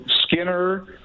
Skinner